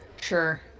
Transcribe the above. Sure